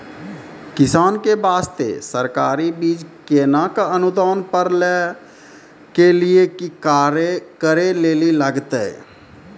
किसान के बास्ते सरकारी बीज केना कऽ अनुदान पर लै के लिए की करै लेली लागतै?